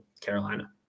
Carolina